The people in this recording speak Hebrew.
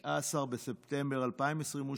19 בספטמבר 2022,